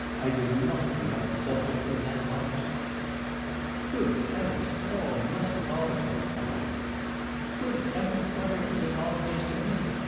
i did not bring up the subject with that object good heavens, paul must apologise to you good heavens, what are his apologies to me?